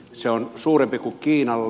se on suurempi kuin kiinalla